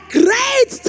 great